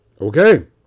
okay